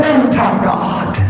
anti-God